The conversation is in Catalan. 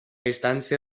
instància